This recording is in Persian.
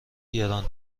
گران